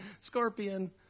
scorpion